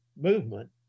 movement